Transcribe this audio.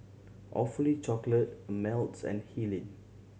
Awfully Chocolate Ameltz and